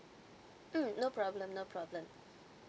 mm no problem no problem